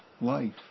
life